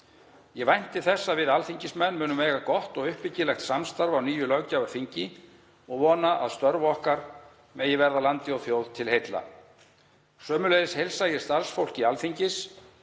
Ég vænti þess að við alþingismenn munum eiga gott og uppbyggilegt samstarf á nýju löggjafarþingi og vona að störf okkar megi verða landi og þjóð til heilla. Sömuleiðis heilsa ég starfsfólki Alþingis